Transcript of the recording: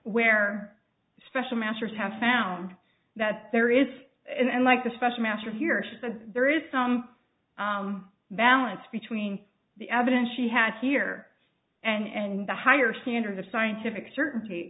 where special masters have found that there is and like the special master here said there is some balance between the evidence she had here and the higher standards of scientific certainty